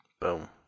Boom